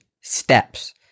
steps